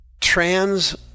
Trans